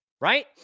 right